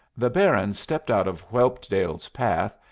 the baron stepped out of whelpdale's path,